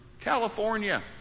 california